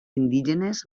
indígenes